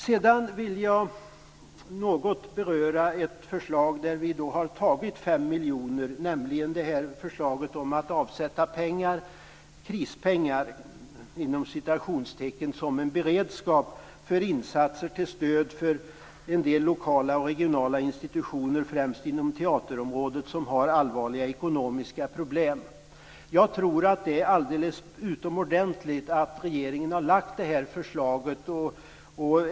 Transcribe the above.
Sedan skall jag något beröra det förslag som innebär att vi har tagit 5 miljoner kronor, nämligen förslaget om att avsätta "krispengar" som en beredskap för insatser till stöd för en del lokala och regionala institutioner, främst inom teaterområdet, som har allvarliga ekonomiska problem. Det är väl alldeles utomordentligt att regeringen har lagt fram det här förslaget.